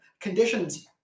Conditions